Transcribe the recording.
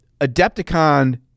Adepticon